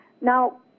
Now